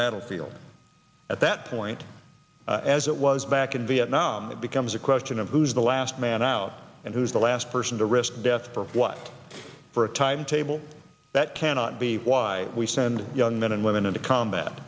battlefield at that point as it was back in vietnam it becomes a question of who's the last man out and who is the last person to risk death for what for a timetable that cannot be why we send young men and women into combat